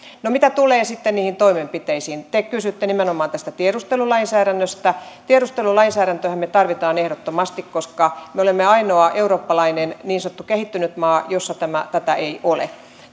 mitä tulee sitten toimenpiteisiin te kysytte nimenomaan tästä tiedustelulainsäädännöstä niin tiedustelulainsäädäntöähän me tarvitsemme ehdottomasti koska me olemme ainoa eurooppalainen niin sanottu kehittynyt maa jossa tätä ei ole